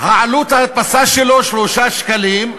עלות ההדפסה שלו היא 3 שקלים,